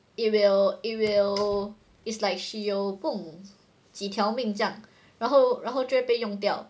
it will it will it's like she 有不懂几条命这样然后然后就会用掉